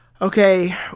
Okay